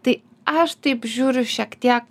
tai aš taip žiūriu šiek tiek